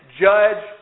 judge